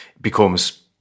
becomes